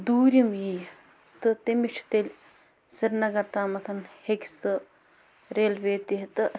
دوٗرِم یی تہٕ تٔمِس چھُ تیٚلہِ سرینَگر تامَتھ ہیٚکہِ سُہ ریلوے تہِ تہٕ